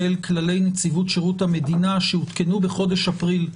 כללי נציבות שירות המדינה שהותקנו בחודש אפריל,